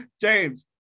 James